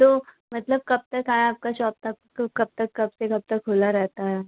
तो मतलब कब तक आपका शॉप कब तक कब से कब तक खुला रहता है